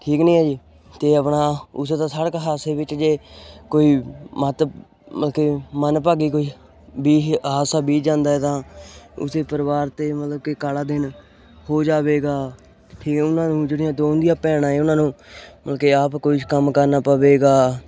ਠੀਕ ਨਹੀਂ ਹੈ ਜੀ ਅਤੇ ਆਪਣਾ ਉਸ ਦਾ ਸੜਕ ਹਾਦਸੇ ਵਿੱਚ ਜੇ ਕੋਈ ਮਹੱਤਵ ਮਤਲਬ ਕਿ ਮੰਦਭਾਗੀ ਕੋਈ ਵੀ ਹਾਦਸਾ ਬੀਤ ਜਾਂਦਾ ਹੈ ਤਾਂ ਉਸ ਪਰਿਵਾਰ 'ਤੇ ਮਤਲਬ ਕਿ ਕਾਲਾ ਦਿਨ ਹੋ ਜਾਵੇਗਾ ਠੀਕ ਉਹਨਾਂ ਨੂੰ ਜਿਹੜੀਆਂ ਦੋ ਉਹਦੀਆਂ ਭੈਣਾਂ ਉਹਨਾਂ ਨੂੰ ਮਤਲਬ ਕਿ ਆਪ ਕੋਈ ਕੰਮ ਕਰਨਾ ਪਵੇਗਾ